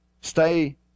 Stay